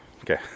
okay